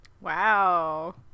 Wow